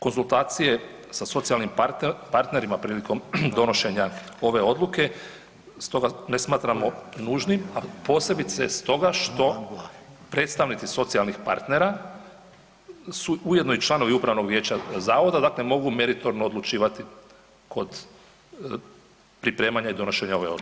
Konzultacije sa socijalnim partnerima prilikom donošenja ove odluke stoga ne smatramo nužnim, posebice s toga što predstavnici socijalnih partnera su ujedno i članovi upravnog vijeća zavoda dakle mogu meritorno odlučivati kod pripremanja i donošenja ove odluke.